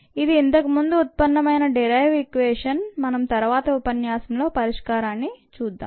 ఇది ఇంతకు ముందు ఉత్పన్నమైన డిరైవ్డ్ ఈక్వేషన్ మనం తరువాత ఉపన్యాసంలో పరిష్కారాన్ని చూద్దాం